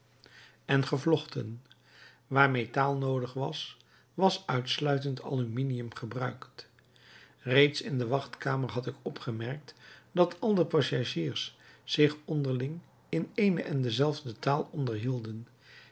en gevlochten waar metaal noodig was was uitsluitend aluminium gebruikt reeds in de wachtkamer had ik opgemerkt dat al de passagiers zich onderling in eene en dezelfde taal